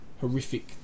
horrific